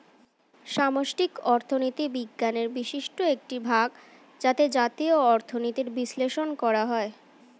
সামষ্টিক অর্থনীতি বিজ্ঞানের বিশিষ্ট একটি ভাগ যাতে জাতীয় অর্থনীতির বিশ্লেষণ করা হয়